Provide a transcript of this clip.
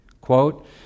Quote